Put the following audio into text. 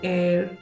air